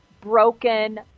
broken